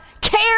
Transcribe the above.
care